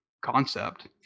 concept